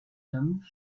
him